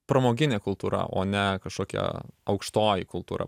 pramoginė kultūra o ne kažkokia aukštoji kultūra